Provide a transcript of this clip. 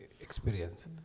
experience